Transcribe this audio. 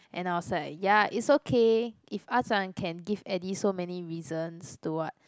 and I was like ya it's okay if Ah-Chong can give Eddie so many reasons to what